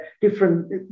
different